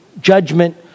judgment